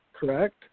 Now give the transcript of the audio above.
correct